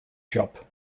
shop